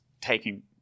taking